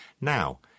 Now